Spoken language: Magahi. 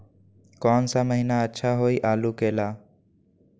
कौन सा महीना अच्छा होइ आलू के ला?